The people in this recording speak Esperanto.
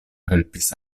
helpis